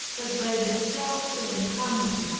but by the strokes of the hammer.